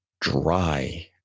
dry